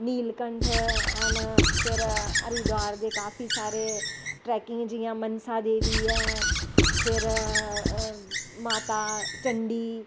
Neelkanth and फिर Haridwar बी काफी सारे ट्रैकिंग जियां मनसा देवी ऐ फिर माता चंडी